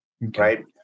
right